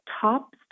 top